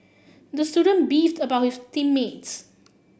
the student beefed about his team mates